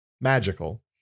magical